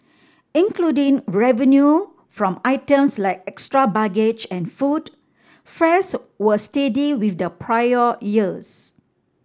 including revenue from items like extra baggage and food fares were steady with the prior year